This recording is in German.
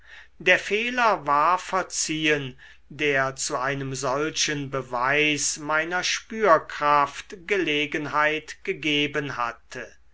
der fehler war verziehen der zu einem solchen beweis meiner spürkraft gelegenheit gegeben hatte